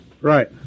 Right